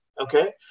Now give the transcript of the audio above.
okay